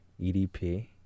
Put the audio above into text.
EDP